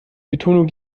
betonung